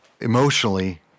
emotionally